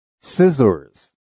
Scissors